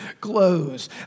clothes